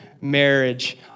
marriage